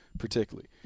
Particularly